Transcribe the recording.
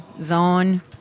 zone